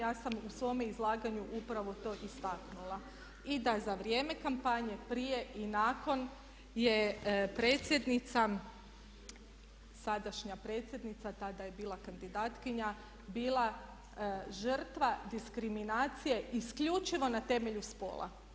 Ja sam u svome izlaganju upravo to istaknula i da za vrijeme kampanje, prije i nakon je predsjednica, sadašnja predsjednica, tada je bila kandidatkinja bila žrtva diskriminacije isključivo na temelju spola.